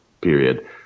period